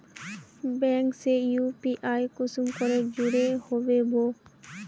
Bank से UPI कुंसम करे जुड़ो होबे बो?